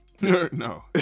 no